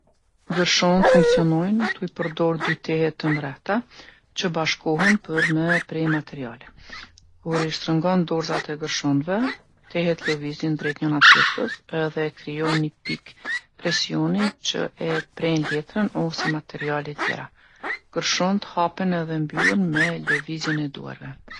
Gërshont funksionjnë tu i perdorë dy tehe të mrehta që bashkohen për me pre materiale. Kur i shtrëngon dorzat e gërshonve, tehet lëvizin drejt njona tjetrës edhe krijojnë ni pikë presioni që e prejnë letrën ose materiale tjera. Gërshont hapen edhe mbyllen me lëvizjen e duarve.